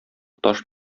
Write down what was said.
таш